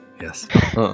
Yes